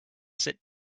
sit